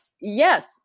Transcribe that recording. Yes